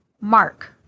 Mark